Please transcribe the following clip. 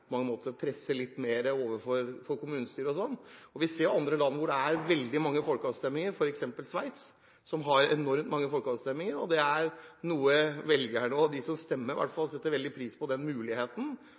presse litt mer overfor kommunestyret. Vi ser jo i andre land hvor det er veldig mange folkeavstemninger, f.eks. i Sveits, at den muligheten er noe velgerne og de som stemmer,